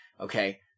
Okay